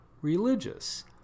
religious